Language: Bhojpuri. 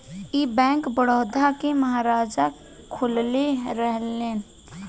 ई बैंक, बड़ौदा के महाराजा खोलले रहले